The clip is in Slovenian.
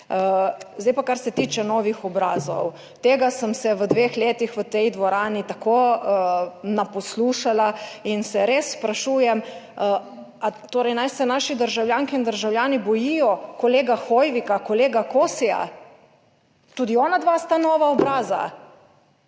Zdaj pa, kar se tiče novih obrazov, tega sem se v dveh letih v tej dvorani tako naposlušala in se res sprašujem ali torej naj se naši državljanke in državljani bojijo kolega Hoivika, kolega Kosija tudi onadva sta nova obraza,